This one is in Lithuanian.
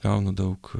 gaunu daug